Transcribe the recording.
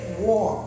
war